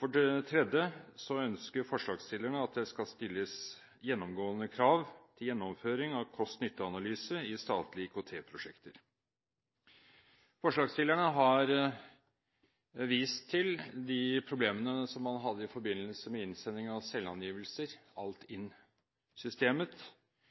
For det tredje ønsker forslagsstillerne at det skal stilles gjennomgående krav til gjennomføring av kost–nytte-analyser i statlige IKT-prosjekter. Forslagsstillerne har vist til de problemene man hadde i forbindelse med innsending av selvangivelser,